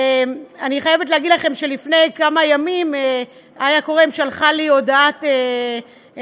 אני חייבת לומר לכם שלפני כמה ימים איה כורם שלחה לי הודעה בווטסאפ,